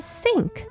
sink